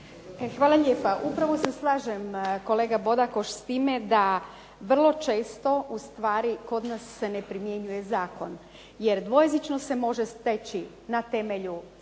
Hvala lijepa. Upravo se slažem kolega Bodakoš s time da vrlo često ustvari kod nas se ne primjenjuje zakon jer dvojezičnost se može steći na temelju